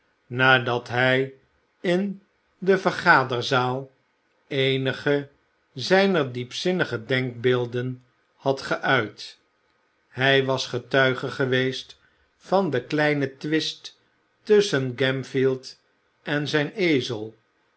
nadat hij in de vergaderzaal eenige zijner diepzinnige denkbeelden had geuit hij was getuige geweest van de kleinen twist tusschen gamfield en zijn